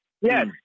Yes